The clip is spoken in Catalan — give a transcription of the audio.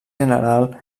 general